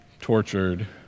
tortured